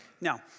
Now